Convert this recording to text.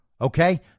okay